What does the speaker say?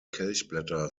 kelchblätter